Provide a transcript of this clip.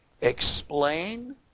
explain